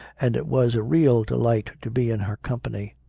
and it was a real delight to be in her company.